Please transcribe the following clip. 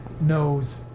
knows